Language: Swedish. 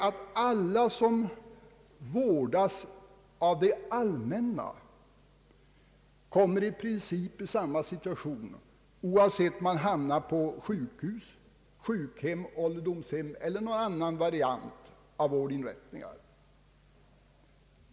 — att alla som vårdas av det allmänna i princip kommer i samma situation, oavsett om de hamnar på sjukhus, sjukhem, ålderdomshem eller någon annan variant av vårdinrättningar.